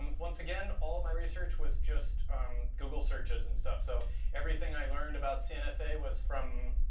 once again, all of my research was just um google searches and stuff, so everything i learned about cnsa was from